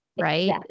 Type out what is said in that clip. right